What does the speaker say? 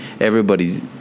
everybody's